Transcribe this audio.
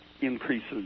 increases